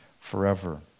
forever